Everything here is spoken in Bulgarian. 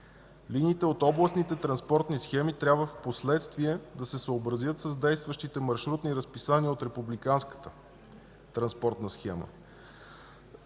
Линиите от областните транспортни схеми трябва впоследствие да се съобразят с действащите маршрутни разписания от републиканската транспортна схема.